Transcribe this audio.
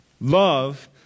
Love